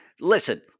listen